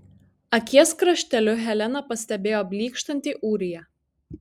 akies krašteliu helena pastebėjo blykštantį ūriją